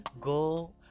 Go